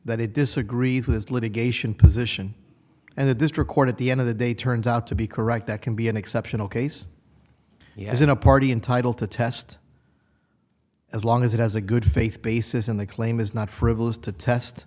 it disagrees with is litigation position and the district court at the end of the day turns out to be correct that can be an exceptional case he has in a party entitled to test as long as it has a good faith basis in the claim is not frivolous to test